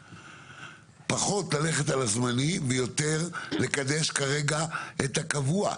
של פחות ללכת על הזמני ויותר לקדש כרגע את הקבוע,